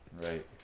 Right